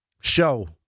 show